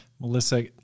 Melissa